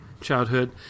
childhood